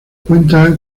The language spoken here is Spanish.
cuenta